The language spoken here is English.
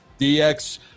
DX